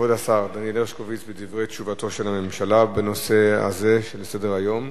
כבוד השר דניאל הרשקוביץ בדברי תשובת הממשלה בנושא הזה שעל סדר-היום.